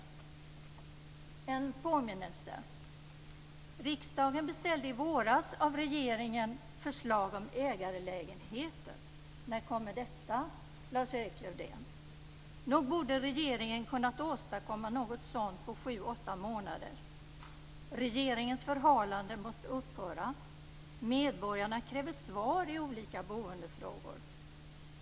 Jag har en påminnelse. Riksdagen beställde i våras av regeringen förslag om ägarlägenheter. När kommer detta, Lars-Erik Lövdén? Nog borde regeringen ha kunnat åstadkomma något sådant på sju åtta månader. Regeringens förhalande måste upphöra. Medborgarna kräver svar i olika boendefrågor.